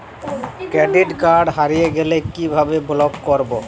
Credit card হারিয়ে গেলে কি ভাবে ব্লক করবো?